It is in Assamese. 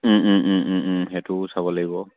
সেইটোও চাব লাগিব